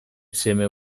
seme